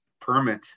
permit